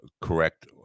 correct